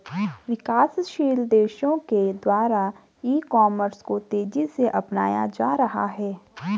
विकासशील देशों के द्वारा ई कॉमर्स को तेज़ी से अपनाया जा रहा है